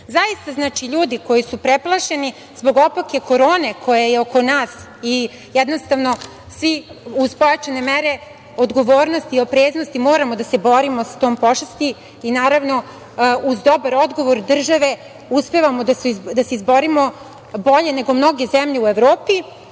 direktora BIA.Ljudi koji su preplašeni zbog opake korone koja je oko nas i jednostavno svi uz pojačane mere, odgovornosti i opreznosti, moramo da se borimo sa tom pošasti i naravno uz dobar odgovor države uspevamo da se izborimo bolje nego mnoge zemlje u Evropi,